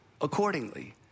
accordingly